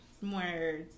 more